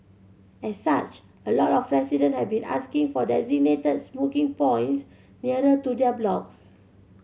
as such a lot of resident have been asking for designated smoking points nearer to their blocks